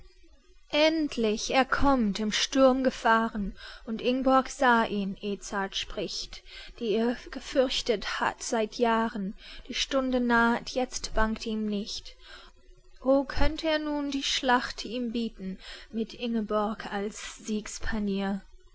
endlich er kommt im sturm gefahren und ingborg sah ihn edzard spricht die er gefürchtet hat seit jahren die stunde naht jetzt bangt ihm nicht o könnt er nun die schlacht ihm bieten mit ingeborg als siegspanier